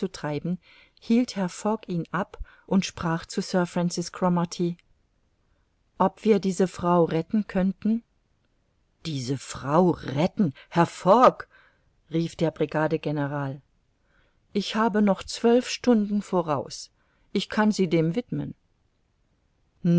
hielt herr fogg ihn ab und sprach zu sir francis cromarty ob wir diese frau retten könnten diese frau retten herr fogg rief der brigadegeneral ich habe noch zwölf stunden voraus ich kann sie dem widmen